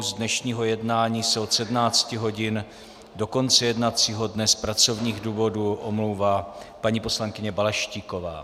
Z dnešního jednání se od 17 hodin do konce jednacího dne z pracovních důvodů omlouvá paní poslankyně Balaštíková.